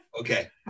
Okay